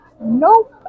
Nope